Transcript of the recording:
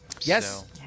Yes